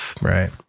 Right